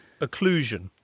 Occlusion